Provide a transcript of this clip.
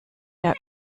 der